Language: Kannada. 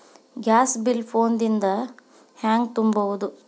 ಗ್ಯಾಸ್ ಬಿಲ್ ಫೋನ್ ದಿಂದ ಹ್ಯಾಂಗ ತುಂಬುವುದು?